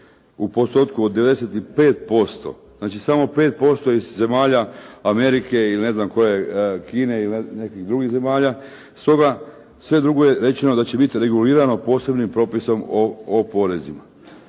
u postotku od 95%, znači samo 5% iz zemalja Amerike ili ne znam koje, ili Kine ili nekih drugih zemalja, stoga sve drugo je rečeno da će biti regulirano posebnim propisom o porezima.